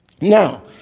Now